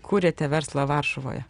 kūrėte verslą varšuvoje